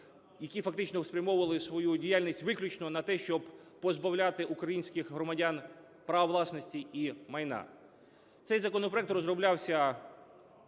які фактично спрямовували свою діяльність виключно на те, щоб позбавляти українських громадян права власності і майна. Цей законопроект розроблявся